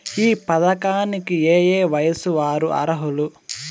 ఈ పథకానికి ఏయే వయస్సు వారు అర్హులు?